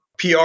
PR